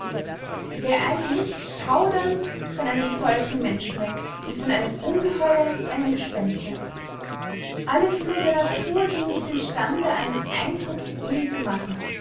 wer eilt nicht schauernd von einem solchen menschen weg wie von einem ungeheuer einem gespenste alle sinne der natur sind nicht im stande einen eindruck in ihn zu machen